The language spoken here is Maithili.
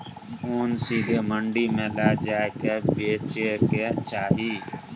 ओन सीधे मंडी मे लए जाए कय बेचे के चाही